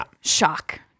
shock